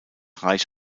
reich